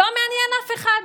זה לא מעניין אף אחד.